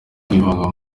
kwivanga